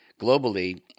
globally